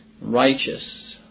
righteous